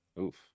Oof